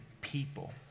people